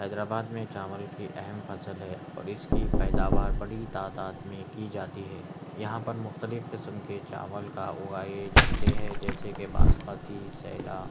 حیدر آباد میں چاول کی اہم فصل ہے اور اس کی پیداوار بڑی تعداد میں کی جاتی ہے یہاں پر مختلف قسم کے چاول کا اگائے جاتے ہیں جیسے کہ باسمتی سیلا